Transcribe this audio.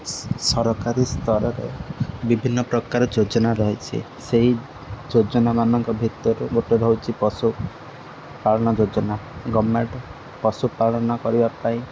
ସରକାରୀ ସ୍ତରରେ ବିଭିନ୍ନ ପ୍ରକାର ଯୋଜନା ରହିଛି ସେଇ ଯୋଜନାମାନଙ୍କ ଭିତରୁ ଗୋଟିଏ ରହୁଛି ପଶୁ ପାଳନ ଯୋଜନା ଗଭର୍ଣ୍ଣମେଣ୍ଟ ପଶୁପାଳନ କରିବା ପାଇଁ